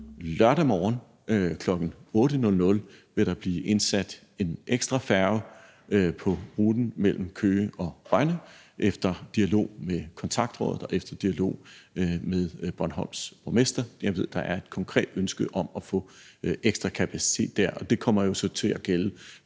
lørdag morgen kl. 8 vil der blive indsat en ekstra færge på ruten mellem Køge og Rønne efter dialog med Kontaktrådet og efter dialog med Bornholms borgmester. Jeg ved, der er et konkret ønske om at få ekstra kapacitet der, og det kommer jo så til at gælde